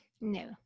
No